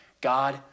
God